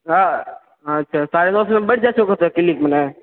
अच्छा साढ़े नओ तक बैठ जाइ छहो क्लिनिक मे ने